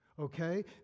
Okay